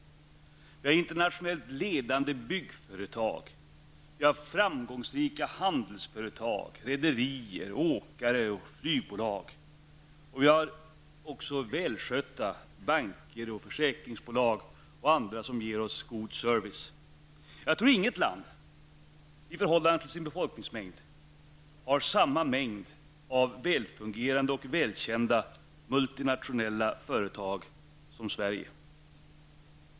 Vi har internationellt ledande byggföretag, vi har framgångsrika handelsföretag, rederier, åkerier och flygbolag. Vi har också välskötta banker och försäkringsbolag samt andra som ger oss god service. Jag tror inget annat land, i förhållande till sin befolkningsmängd, har samma antal välfungerande och välkända multinationella företag som Sverige.